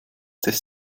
des